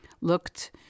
looked